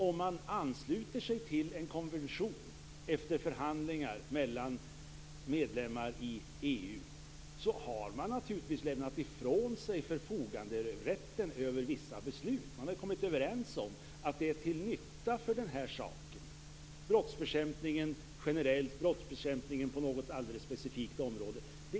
Om man ansluter sig till en konvention efter förhandlingar mellan medlemmar i EU har man naturligtvis lämnat ifrån sig rätten att förfoga över vissa beslut. Man har ju kommit överens om att det är till nytta för saken. Det är till nytta för brottsbekämpningen generellt och för brottsbekämpningen på något specifikt område.